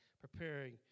preparing